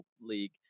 league